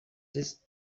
this